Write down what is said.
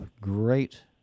great